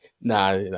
nah